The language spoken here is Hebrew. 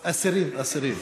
אסירים, אסירים.